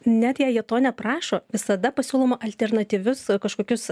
net jei jie to neprašo visada pasiūloma alternatyvius kažkokius